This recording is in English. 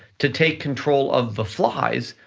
to take control of the flies,